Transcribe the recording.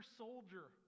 soldier